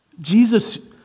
Jesus